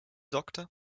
doctor